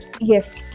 yes